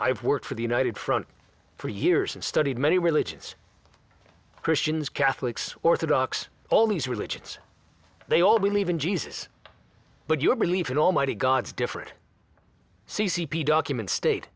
have worked for the united front for years and studied many religions christians catholics orthodox all these religions they all believe in jesus but your belief in almighty god's different c c p documents state